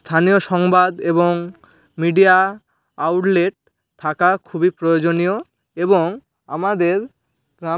স্থানীয় সংবাদ এবং মিডিয়া আউটলেট থাকা খুবই প্রয়োজনীয় এবং আমাদের গ্রাম